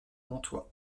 montois